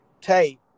tape